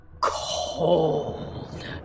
cold